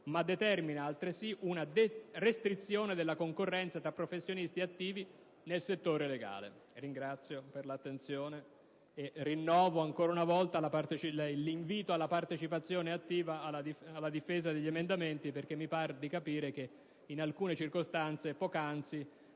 ma determina altresì una restrizione della concorrenza tra professionisti attivi nel settore legale. Ringrazio per l'attenzione e rinnovo ancora una volta l'invito alla partecipazione attiva alla difesa degli emendamenti perché mi par di capire che in alcune circostanze, poc'anzi,